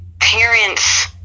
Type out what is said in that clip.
parents